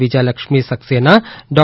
Vijayalakshmi Saxena Dr